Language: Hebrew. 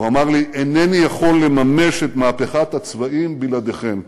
הוא אמר לי: אינני יכול לממש את מהפכת הצבעים בלעדיכם.